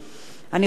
אני רוצה עכשיו,